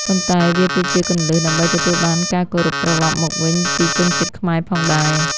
ប៉ុន្តែវាក៏ជាគន្លឹះដើម្បីទទួលបានការគោរពត្រឡប់មកវិញពីជនជាតិខ្មែរផងដែរ។